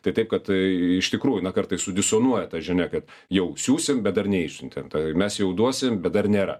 tai taip kad tai iš tikrųjų na kartais disonuoja ta žinia kad jau siųsim bet dar neišsiuntėm ta mes jau duosim bet dar nėra